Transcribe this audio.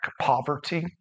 poverty